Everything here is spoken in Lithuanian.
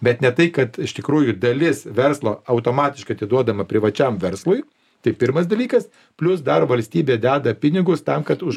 bet ne tai kad iš tikrųjų dalis verslo automatiškai atiduodama privačiam verslui tai pirmas dalykas plius dar valstybė deda pinigus tam kad už